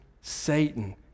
Satan